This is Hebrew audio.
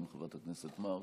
גם חברת הכנסת מארק.